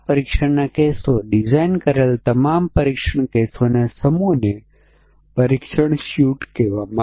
તેથી એક સંભાવનાનું વિશેષ મૂલ્ય એ છે કે કોઈ પરીક્ષણ ડેટા આપવો જેમાં લીપ વર્ષનો સમાવેશ થાય છે અને તપાસ કરે છે કે તે કાર્યરત છે કે નહીં